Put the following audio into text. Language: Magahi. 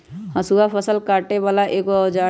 हसुआ फ़सल काटे बला एगो औजार हई